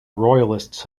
royalists